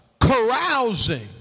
carousing